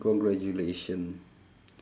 congratulation